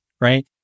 right